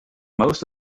most